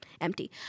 empty